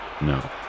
No